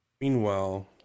Meanwhile